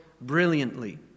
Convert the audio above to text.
brilliantly